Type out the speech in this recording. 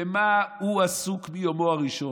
במה הוא עסוק מיומו הראשון?